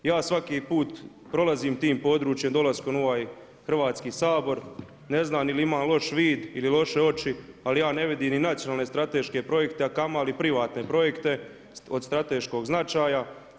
Ja svaki put prolazim tim područjem dolaskom u ovaj Hrvatski sabor, ne znam jel imam loš vid ili loše oči, ali ja ne vidim ni nacionalne strateške projekte, a kamoli privatne projekte od strateškog značaja.